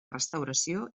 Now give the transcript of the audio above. restauració